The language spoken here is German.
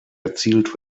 erzielt